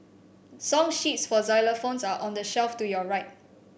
song sheets for xylophones are on the shelf to your right